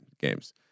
games